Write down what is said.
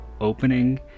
opening